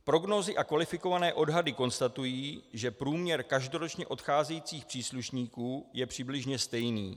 Prognózy a kvalifikované odhady konstatují, že průměr každoročně odcházejících příslušníků je přibližně stejný.